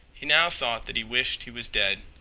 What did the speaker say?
he now thought that he wished he was dead.